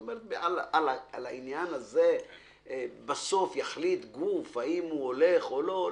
בשל העניין הזה בסוף יחליט גוף האם הוא הולך או לא הולך?